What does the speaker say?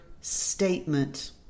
statement